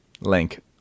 Link